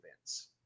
events